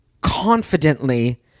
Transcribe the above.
confidently